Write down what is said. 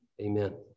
Amen